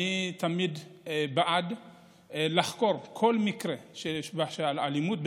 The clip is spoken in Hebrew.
אני תמיד בעד לחקור כל מקרה של אלימות,